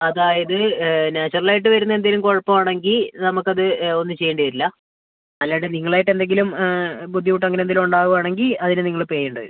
അതായത് നാച്ചുറൽ ആയിട്ട് വരുന്ന എന്തെങ്കിലും കുഴപ്പം ആണെങ്കിൽ നമുക്ക് അത് ഒന്നും ചെയ്യേണ്ടി വരില്ല അല്ലാണ്ട് നിങ്ങൾ ആയിട്ട് എന്തെങ്കിലും ബുദ്ധിമുട്ട് അങ്ങനെ എന്തെങ്കിലും ഉണ്ടാവുവാണെങ്കിൽ അതിന് നിങ്ങൾ പേ ചെയ്യേണ്ടി വരും